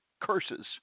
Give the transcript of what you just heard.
curses